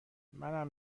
منم